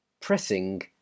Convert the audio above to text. Pressing